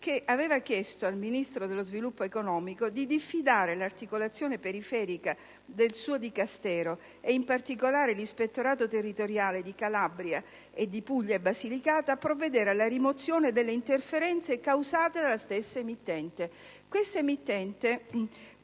che aveva chiesto al Ministro dello sviluppo economico di diffidare l'articolazione periferica del suo Dicastero, e in particolare l'ispettorato territoriale di Calabria, Puglia e Basilicata, a provvedere alla rimozione delle interferenze causate dalla stessa emittente. Tale emittente,